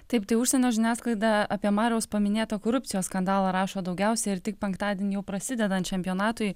taip tai užsienio žiniasklaida apie mariaus paminėtą korupcijos skandalą rašo daugiausia ir tik penktadienį prasidedant čempionatui